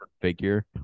figure